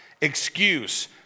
excuse